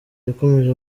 yakomeje